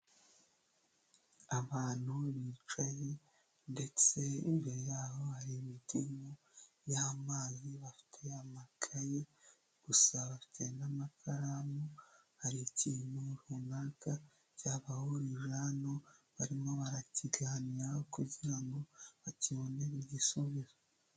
Abantu bicaye ndetse imbere yaho hari imitimu y'amazi, bafite amakayi gusa ba bafite n' amakaramu hari ikintu runaka cyabahurije hano barimo barakiganiraraho kugira ngo bakibone igisubizo.